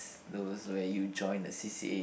those where you join the c_c_a